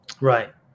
right